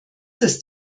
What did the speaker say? ist